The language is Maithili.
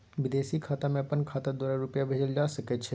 विदेशी खाता में अपन खाता द्वारा रुपिया भेजल जे सके छै की?